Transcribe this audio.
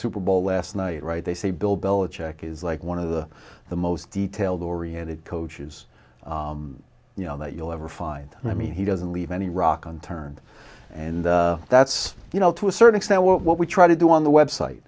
super bowl last night right they say bill belichick is like one of the the most detailed oriented coaches you know that you'll ever find i mean he doesn't leave any rock on turn and that's you know to a certain extent what we try to do on the website